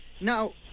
Now